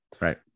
Right